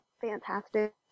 fantastic